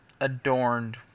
adorned